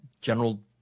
general